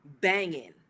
banging